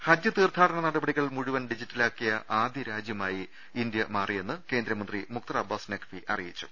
ഹജ്ജ് തീർത്ഥാടന നടപടികൾ മുഴുവൻ ഡിജിറ്റലാ ക്കിയ ആദ്യ രാജ്യമായി ഇന്ത്യ മാറിയെന്ന്കേന്ദ്രമന്ത്രി മുക്തർ അബ്ബാസ് നഖ്വി അറിയിച്ചു